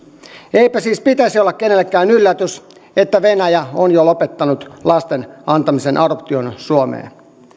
eipä siis pitäisi olla kenellekään yllätys että venäjä on jo lopettanut lasten antamisen adoptioon suomeen